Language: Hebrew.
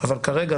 אבל כרגע,